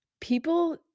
people